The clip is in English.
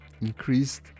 increased